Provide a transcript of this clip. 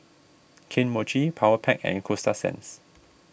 Kane Mochi Powerpac and Coasta Sands